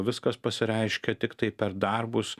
viskas pasireiškia tiktai per darbus